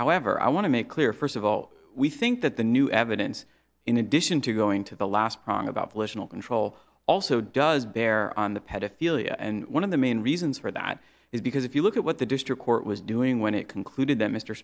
however i want to make clear first of all we think that the new evidence in addition to going to the last prong about delusional control also does bear on the pedophilia and one of the main reasons for that is because if you look at what the district court was doing when it concluded that mr